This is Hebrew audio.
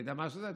אתה יודע מה זה?